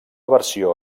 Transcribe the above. versió